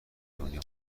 دنیا